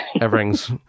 Everything's